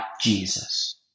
Jesus